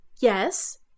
Yes